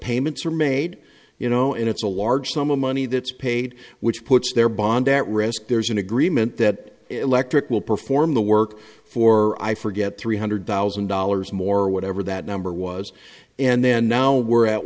payments are made you know it's a large sum of money that's paid which puts their bond at risk there's an agreement that electric will perform the work for i forget three hundred thousand dollars more whatever that number was and then now we're at